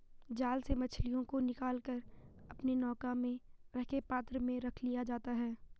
जाल से मछलियों को निकाल कर अपने नौका में रखे पात्र में रख लिया जाता है